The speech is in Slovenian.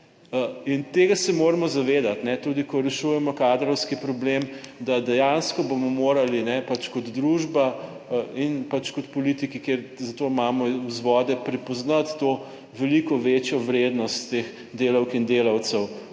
In tega se moramo zavedati tudi, ko rešujemo kadrovski problem, da dejansko bomo morali pač kot družba in pač kot politiki, ker za to imamo vzvode, prepoznati to veliko večjo vrednost teh delavk in delavcev